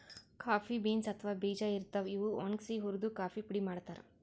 coffee beans ಅಥವಾ ಬೀಜಾ ಇರ್ತಾವ್, ಇವ್ ಒಣಗ್ಸಿ ಹುರ್ದು ಕಾಫಿ ಪುಡಿ ಮಾಡ್ತಾರ್